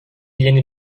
yeni